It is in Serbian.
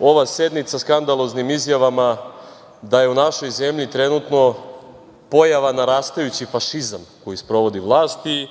ova sednica skandaloznim izjavama da je u našoj zemlji trenutno pojava narastajući fašizam koji sprovodi vlast i